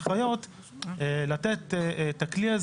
חיקוק המחייב ---" זה סעיף שמירת דינים.